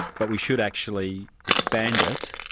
but we should actually expand it.